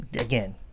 again